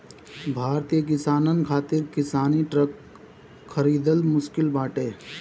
भारतीय किसानन खातिर किसानी ट्रक खरिदल मुश्किल बाटे